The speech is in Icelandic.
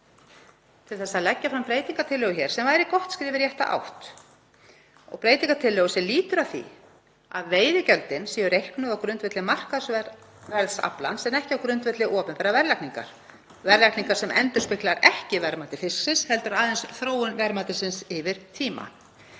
til að leggja fram breytingartillögu sem væri gott skref í rétta átt. Breytingartillagan lýtur að því að veiðigjöldin séu reiknuð á grundvelli markaðsverðs aflans en ekki á grundvelli opinberrar verðlagningar sem endurspeglar ekki verðmæti fisksins heldur aðeins þróun verðmætisins yfir tíma.